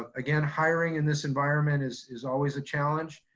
ah again hiring in this environment is is always a challenge,